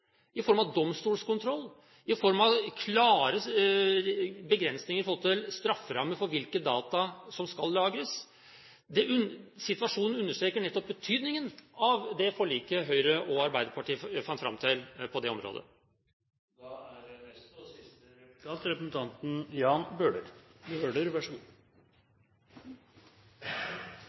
av domstolskontroll og i form av klare begrensninger i forhold til strafferamme for hvilke data som skal lagres. Situasjonen understreker nettopp betydningen av det forliket Høyre og Arbeiderpartiet kom fram til på det området. Jeg vil takke representanten Werp for et veldig godt og